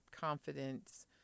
confidence